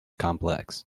complex